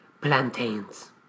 plantains